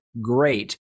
great